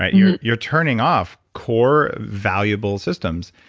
ah you're you're turning off core valuable systems.